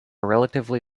relatively